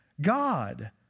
God